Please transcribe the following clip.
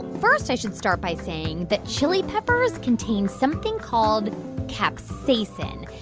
first, i should start by saying that chili peppers contain something called capsaicin,